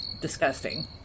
disgusting